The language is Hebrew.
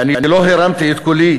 ואני לא הרמתי את קולי